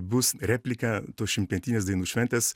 bus replika tos šimtmetinės dainų šventės